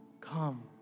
come